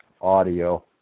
audio